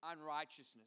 unrighteousness